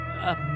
up